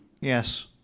Yes